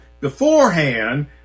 beforehand